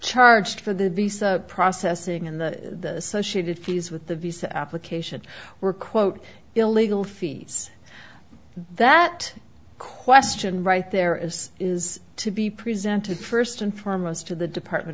charged for the processing and the so she did please with the visa application were quote illegal feeds that question right there as is to be presented first and foremost to the department